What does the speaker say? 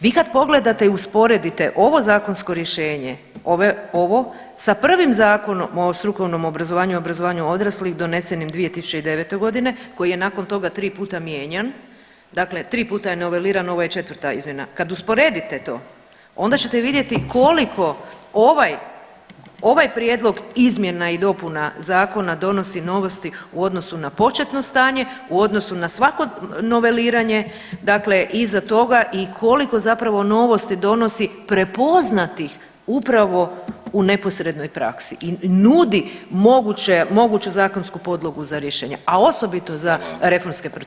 Vi kad pogledate i usporedite ovo zakonsko rješenje, ovo sa prvim Zakonom o strukovnom obrazovanju i obrazovanju odraslih donesenim 2009.g. koji je nakon toga 3 puta mijenjan, dakle 3 puta je noveliran, ovo je četvrta izmjena, kad usporedite to onda ćete vidjeti koliko ovaj, ovaj prijedlog izmjena i dopuna zakona donosi novosti u odnosu na početno stanje, u odnosu na svako noveliranje, dakle iza toga i koliko zapravo novosti donosi prepoznatih upravo u neposrednoj praksi i nudi moguće, moguću zakonsku podlogu za rješenje, a osobito za reformske procese.